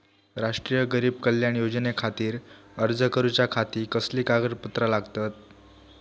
राष्ट्रीय गरीब कल्याण योजनेखातीर अर्ज करूच्या खाती कसली कागदपत्रा लागतत?